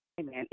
Amen